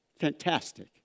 Fantastic